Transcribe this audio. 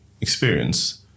experience